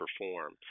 perform